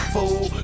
Fool